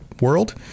World